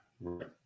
Right